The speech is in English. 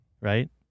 right